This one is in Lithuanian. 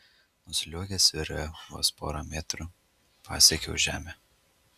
nusliuogęs virve vos porą metrų pasiekiau žemę